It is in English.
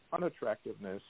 unattractiveness